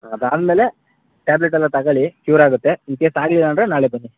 ಅದಾದ ಮೇಲೆ ಟ್ಯಾಬ್ಲೆಟ್ ಎಲ್ಲ ತಗೊಳ್ಳಿ ಕ್ಯೂರ್ ಆಗುತ್ತೆ ಇನ್ ಕೇಸ್ ಆಗಲಿಲ್ಲ ಅಂದರೆ ನಾಳೆ ಬನ್ನಿ